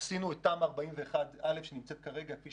עשינו את תמ"א 41א' שכרגע אנחנו